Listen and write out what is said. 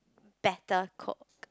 better cook